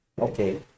okay